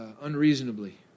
unreasonably